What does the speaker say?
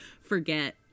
forget